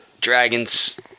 Dragons